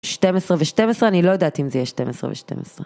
12 ו-12 אני לא יודעת אם זה יהיה 12 ו-12.